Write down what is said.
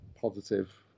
positive